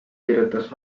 kirjutas